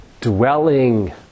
dwelling